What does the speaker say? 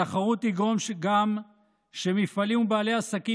התחרות תגרום גם שמפעלים ובעלי עסקים